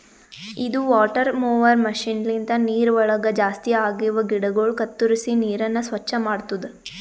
ಇದು water mower machine ಲಿಂತ ನೀರವಳಗ್ ಜಾಸ್ತಿ ಆಗಿವ ಗಿಡಗೊಳ ಕತ್ತುರಿಸಿ ನೀರನ್ನ ಸ್ವಚ್ಚ ಮಾಡ್ತುದ